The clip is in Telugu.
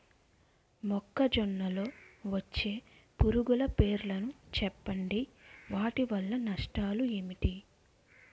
మొక్కజొన్న లో వచ్చే పురుగుల పేర్లను చెప్పండి? వాటి వల్ల నష్టాలు ఎంటి?